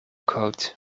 coat